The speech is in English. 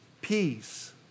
peace